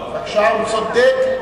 הוא צודק.